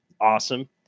Awesome